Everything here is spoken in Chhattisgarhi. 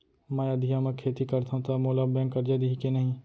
मैं अधिया म खेती करथंव त मोला बैंक करजा दिही के नही?